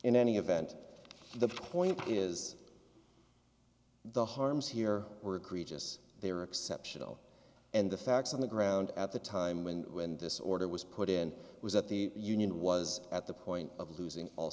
in any event the point is the harms here were cretinous they were exceptional and the facts on the ground at the time when when this order was put in was that the union was at the point of losing all